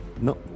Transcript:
No